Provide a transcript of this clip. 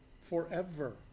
forever